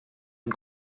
ein